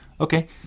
Okay